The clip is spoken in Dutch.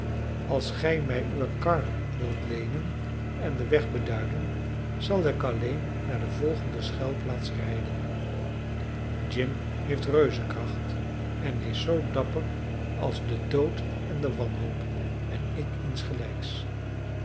als gij mij uwe kar wilt leenen en den weg beduiden zal ik alleen naar de volgende schuilplaats rijden jim heeft reuzenkracht en is zoo dapper als de dood en de wanhoop en ik insgelijks